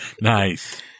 Nice